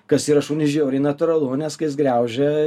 kas yra šuniui žiauriai natūralu nes kai jis griaužia